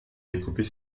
découper